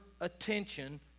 attention